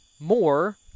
more